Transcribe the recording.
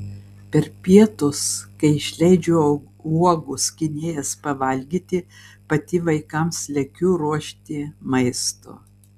per pietus kai išleidžiu uogų skynėjas pavalgyti pati vaikams lekiu ruošti maisto